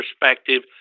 perspective